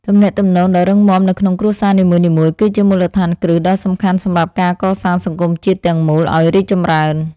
ទំនាក់ទំនងដ៏រឹងមាំនៅក្នុងគ្រួសារនីមួយៗ គឺជាមូលដ្ឋានគ្រឹះដ៏សំខាន់សម្រាប់ការកសាងសង្គមជាតិទាំងមូលឱ្យរីកចម្រើន។